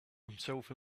himself